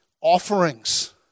offerings